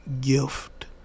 Gift